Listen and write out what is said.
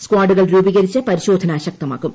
സ്കാഡുകൾ രൂപീകരിച്ച് പരിശോധന ശക്തമാക്കും